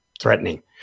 threatening